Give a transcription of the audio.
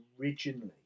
originally